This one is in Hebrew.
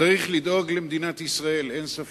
צריך לדאוג למדינת ישראל, אין ספק.